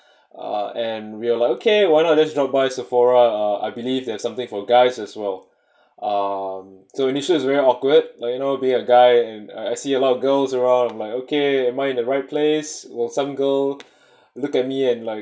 uh and we're like okay why not let's drop by sephora uh I believe there's something for guys as well um so initial is very awkward like you know being a guy and I see a lot of girls around I'm like okay am I in the right place while some girl look at me and like